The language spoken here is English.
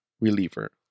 reliever